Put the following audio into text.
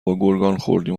ﮔﺮﮔﺎﻥ